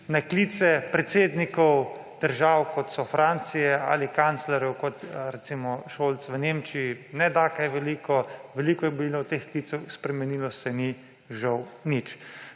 na klice predsednikov držav, kot so Francija ali kanclerjev, kot je recimo Scholz v Nemčiji, ne da kaj veliko. Veliko je bilo teh klicev, spremenilo se ni, žal, nič.